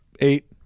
eight